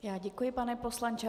Já děkuji, pane poslanče.